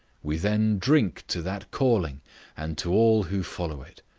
we then drink to that calling and to all who follow it.